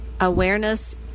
Awareness